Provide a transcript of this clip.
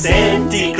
Santa